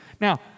Now